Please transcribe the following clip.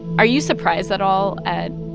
are you surprised at all at